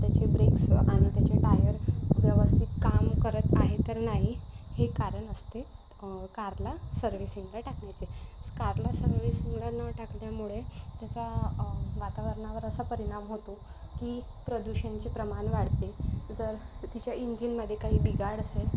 त्याचे ब्रेक्स आणि त्याचे टायर व्यवस्थित काम करत आहे तर नाही हे कारण असते कारला सर्व्हिसिंगला टाकण्याचे कारला सर्व्हिसिंगला न टाकल्यामुळे त्याचा वातावरणावर असा परिणाम होतो की प्रदूषणाचे प्रमाण वाढते जर तिच्या इंजिनमध्ये काही बिघाड असेल